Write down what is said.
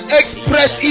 express